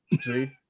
See